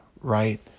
right